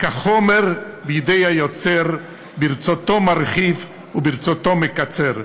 "כחומר ביד היוצר, ברצותו מרחיב וברצותו מקצר".